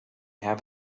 have